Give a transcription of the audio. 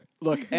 Look